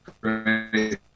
great